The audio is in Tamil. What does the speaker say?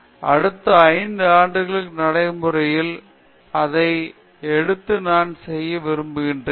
எனவே அடுத்த 5 ஆண்டுகளுக்கு நடைமுறையில் அதை எடுத்து நான் ஆராய்ச்சி செய்ய விரும்புகிறேன்